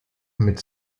mit